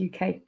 UK